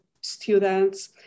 students